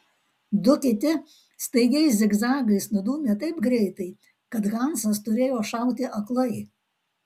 du kiti staigiais zigzagais nudūmė taip greitai kad hansas turėjo šauti aklai